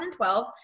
2012